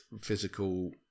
physical